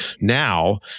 now